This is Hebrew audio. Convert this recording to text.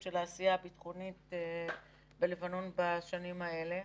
של העשייה הביטחונית בלבנון בשנים האלו,